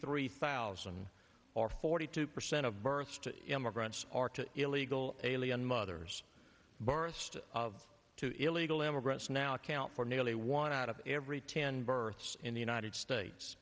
three thousand or forty two percent of births to immigrants are to illegal alien mothers burst of to illegal immigrants now account for nearly one out of every ten births in the united states